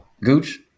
Gooch